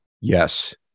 Yes